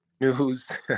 news